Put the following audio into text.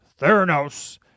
theranos